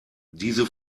diese